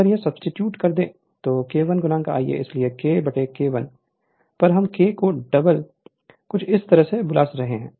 अगर यहां सब्सीट्यूट करें तो K1 Ia इसलिए K K 1 पर हम K को डबल कुछ इस तरह से बुला रहे हैं